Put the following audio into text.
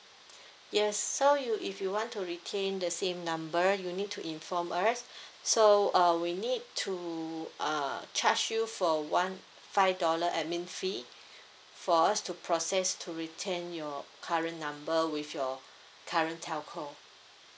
yes so you if you want to retain the same number you need to inform us so uh we need to uh charge you for one five dollar admin fee for us to process to retain your current number with your current telco